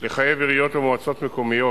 לחייב עיריות ומועצות מקומיות,